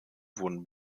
wurden